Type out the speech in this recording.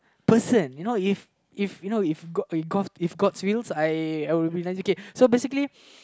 person you know if if you know if god if god if god's will I will so basically